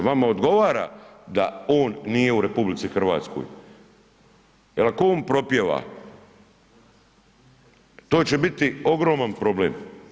Vama odgovara da on nije u RH, jel ako on propjeva to će biti ogroman problem.